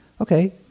Okay